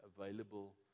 available